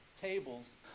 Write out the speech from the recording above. tables